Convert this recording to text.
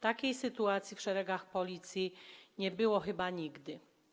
Takiej sytuacji w szeregach Policji nie było chyba nigdy.